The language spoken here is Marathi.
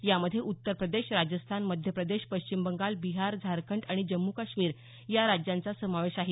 यामध्ये उत्तरप्रदेश राजस्थान मध्य प्रदेश पश्चिम बंगाल बिहार झारखंड आणि जम्मू काश्मीर या राज्यांचा समावेश आहे